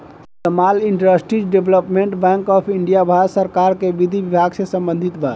small industries development bank of India Bharat सरकार के विधि विभाग से संबंधित बा